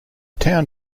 town